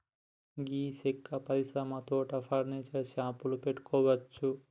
గీ సెక్క పరిశ్రమ తోటి ఫర్నీచర్ షాపులు పెట్టుకోవచ్చు